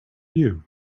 you